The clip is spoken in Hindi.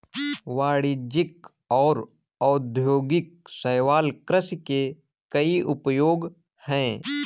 वाणिज्यिक और औद्योगिक शैवाल कृषि के कई उपयोग हैं